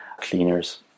cleaners